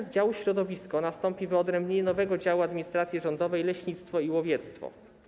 Z działu środowisko nastąpi także wyodrębnienie nowego działu administracji rządowej, działu leśnictwo i łowiectwo.